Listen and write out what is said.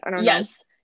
yes